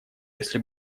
если